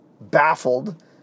baffled